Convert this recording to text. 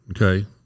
okay